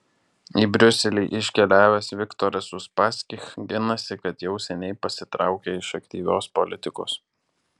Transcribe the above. į briuselį iškeliavęs viktoras uspaskich ginasi kad jau seniai pasitraukė iš aktyvios politikos